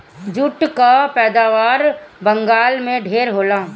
jute कअ पैदावार बंगाल में ढेर होला